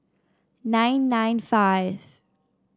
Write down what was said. nine nine five